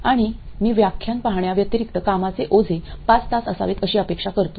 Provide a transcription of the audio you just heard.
आणि मी व्याख्यान पाहण्याव्यतिरिक्त कामाचे ओझे 5 तास असावेत अशी अपेक्षा करतो